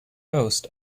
coast